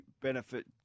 benefit